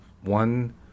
one